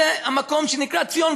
זה המקום שנקרא ציון.